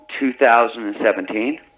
2017